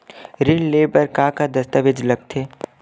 ऋण ले बर का का दस्तावेज लगथे?